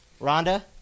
Rhonda